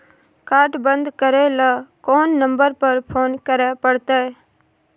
Card बन्द करे ल कोन नंबर पर फोन करे परतै?